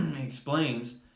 explains